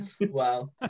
Wow